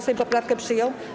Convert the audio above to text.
Sejm poprawkę przyjął.